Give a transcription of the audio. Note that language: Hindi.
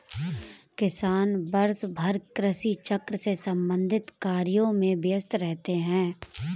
किसान वर्षभर कृषि चक्र से संबंधित कार्यों में व्यस्त रहते हैं